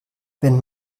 wenn